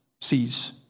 sees